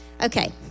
Okay